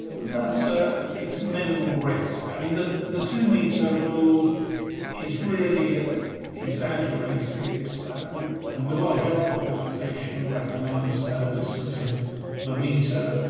that's ah it's minimal risk. i mean the the two-metre rule is really ah exaggerated. i mean and the world health organisation recommends a distance of of a metre.